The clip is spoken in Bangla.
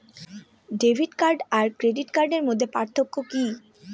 ডেবিট কার্ড আর ক্রেডিট কার্ডের মধ্যে পার্থক্য কি?